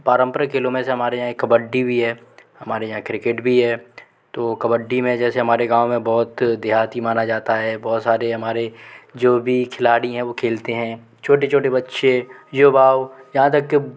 पारंपरिक खेलों में से हमारे यहाँ कबड्डी भी है हमारे यहाँ क्रिकेट भी है तो कबड्डी में जैसे हमारे गाँव में बहुत इतिहास भी माना जाता है बहुत सारे हमारे जो भी खिलाड़ी हैं खेलते हैं छोटे छोटे बच्चे युवा यहाँ तक कि